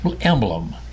emblem